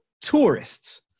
Tourists